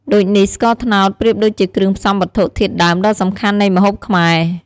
ដូចនេះ ស្ករត្នោតប្រៀបដូចជាគ្រឿងផ្សំវត្ថុធាតុដើមដ៏សំខាន់នៃម្ហូបខ្មែរ។